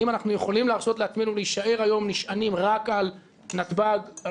האם אנחנו יכולים להרשות לעצמנו להישען היום רק על נתב"ג על